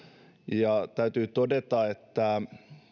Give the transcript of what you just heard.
ja täytyy todeta että